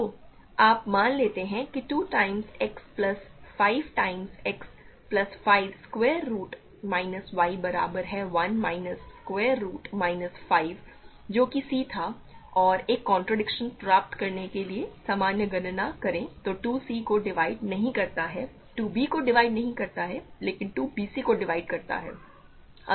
तो आप मान लेते हैं कि 2 times x plus 5 times x plus 5 square root minus y बराबर है 1 माइनस स्क्वायर रुट माइनस 5 जो कि c था और एक कॉन्ट्रडिक्शन प्राप्त करने के लिए समान गणना करें तो 2 c को डिवाइड नहीं करता है 2 b को डिवाइड नहीं करता है लेकिन 2 bc को डिवाइड करता है